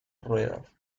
ruedas